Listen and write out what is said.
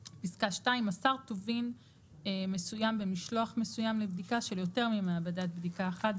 (2)מסר טובין מסוים במשלוח מסוים לבדיקה של יותר ממעבדת בדיקה אחת,